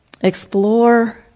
explore